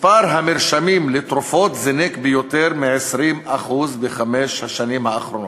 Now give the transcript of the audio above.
מספר המרשמים לתרופות זינק ביותר מ-20% בחמש השנים האחרונות.